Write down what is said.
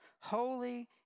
holy